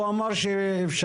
הוא אמר שאפשר.